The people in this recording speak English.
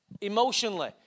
emotionally